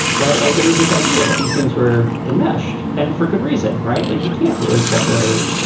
right. like there was this idea that these things were enmeshed and for good reason. right. like you can't really separate,